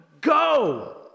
go